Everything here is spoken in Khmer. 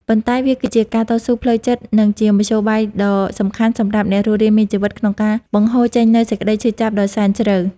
ប៉ុន្តែវាគឺជាការតស៊ូផ្លូវចិត្ត និងជាមធ្យោបាយដ៏សំខាន់សម្រាប់អ្នករស់រានមានជីវិតក្នុងការបង្ហូរចេញនូវសេចក្តីឈឺចាប់ដ៏សែនជ្រៅ។